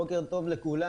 בוקר טוב לכולם.